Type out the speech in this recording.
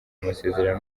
amasezerano